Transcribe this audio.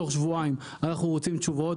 תוך שבועיים אנחנו רוצים תשובות,